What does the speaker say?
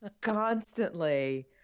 constantly